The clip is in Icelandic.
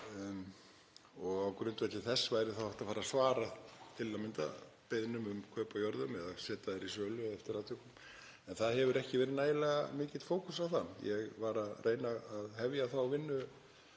og á grundvelli þess væri þá til að mynda hægt að fara að svara beiðnum um kaup á jörðum eða setja þær í sölu eftir atvikum, en það hefur ekki verið nægilega mikill fókus á það. Ég var að reyna að hefja þá vinnu